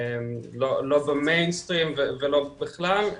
לא במיינסטרים ולא בכלל,